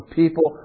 people